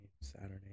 Saturday